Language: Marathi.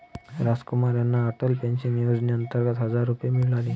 रामकुमार यांना अटल पेन्शन योजनेअंतर्गत हजार रुपये मिळाले